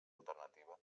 alternativa